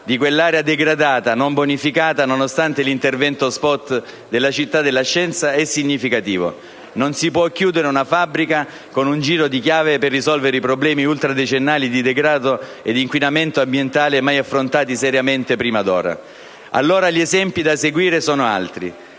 di quell'area degradata, non bonificata, nonostante l'intervento *spot* della «città della scienza», è significativo: non si può chiudere una fabbrica con un giro di chiave per risolvere i problemi ultradecennali di degrado e inquinamento ambientale, mai affrontati seriamente prima d'ora. Gli esempi da seguire sono allora